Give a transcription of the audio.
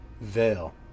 Veil